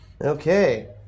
Okay